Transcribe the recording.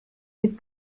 mit